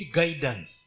guidance